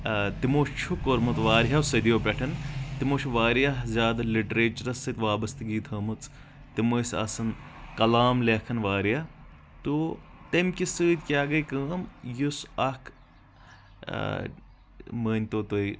تِمو چھُ کوٚرمُت واریہو صٔدۍیو پٮ۪ٹھ تِمو چھُ واریاہ زیادٕ لِٹریچرس سۭتۍ وابسطہٕ گی تھٲمٕژ تِم ٲسۍ آسان کلام لیکھن واریاہ تو تیٚمہِ کہِ سۭتۍ کیٛاہ گٔے کٲم یُس اکھ مٲنۍ تو تُہۍ